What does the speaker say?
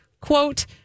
quote